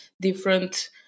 different